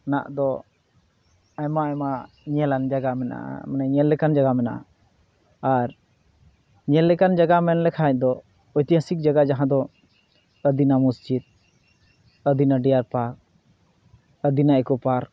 ᱱᱟᱜ ᱫᱚ ᱟᱭᱢᱟ ᱟᱭᱢᱟ ᱧᱮᱞᱟᱱ ᱡᱟᱭᱜᱟ ᱢᱮᱱᱟᱜᱼᱟ ᱢᱟᱱᱮ ᱧᱮᱞ ᱞᱮᱠᱟᱱ ᱡᱟᱭᱜᱟ ᱢᱮᱱᱟᱜᱼᱟ ᱟᱨ ᱧᱮᱞ ᱞᱮᱠᱟᱱ ᱡᱟᱭᱜᱟ ᱢᱮᱱ ᱞᱮᱠᱷᱟᱡ ᱫᱚ ᱳᱭᱛᱤᱦᱟᱥᱤᱠ ᱡᱟᱭᱜᱟ ᱡᱟᱦᱟᱸᱫᱚ ᱟᱫᱤᱱᱟ ᱢᱚᱥᱡᱤᱫᱽ ᱟᱫᱤᱱᱟ ᱰᱤᱭᱟᱨᱯᱟᱨᱠ ᱟᱫᱤᱱᱟ ᱤᱠᱳᱯᱟᱨᱠ